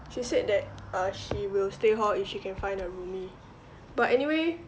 she said that uh she will stay hall if she can find a roomie but anyway